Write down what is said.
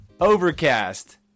Overcast